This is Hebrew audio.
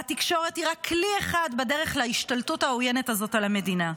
והתקשורת היא רק כלי אחד בדרך להשתלטות העוינת הזאת על המדינה.